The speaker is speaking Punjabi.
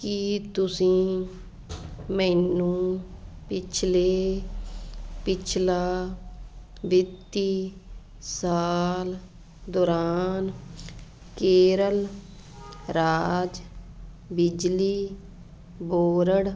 ਕੀ ਤੁਸੀਂ ਮੈਨੂੰ ਪਿਛਲੇ ਪਿਛਲਾ ਵਿੱਤੀ ਸਾਲ ਦੌਰਾਨ ਕੇਰਲ ਰਾਜ ਬਿਜਲੀ ਬੋਰਡ